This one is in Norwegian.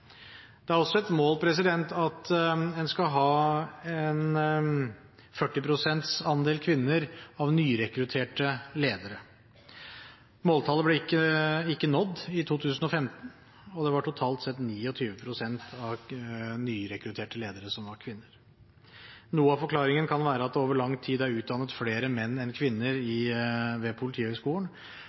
Det er også et mål at en skal ha 40 pst. andel kvinner av nyrekrutterte ledere. Måltallet ble ikke nådd i 2015, og det var totalt sett 29 pst. av nyrekrutterte ledere som var kvinner. Noe av forklaringen kan være at det over lang tid er utdannet flere menn enn kvinner ved Politihøgskolen,